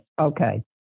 Okay